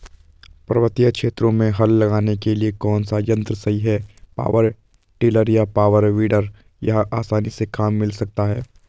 पर्वतीय क्षेत्रों में हल लगाने के लिए कौन सा यन्त्र सही है पावर टिलर या पावर वीडर यह आसानी से कहाँ मिल सकता है?